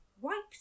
white